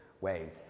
ways